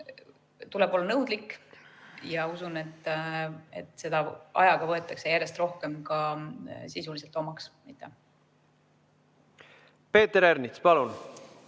Tuleb olla nõudlik. Ma usun, et seda ajaga võetakse järjest rohkem ka sisuliselt omaks. Aitäh! Nii nagu